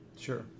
Sure